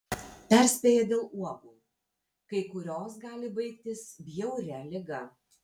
perspėja dėl uogų kai kurios gali baigtis bjauria liga